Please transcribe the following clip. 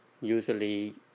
usually